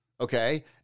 Okay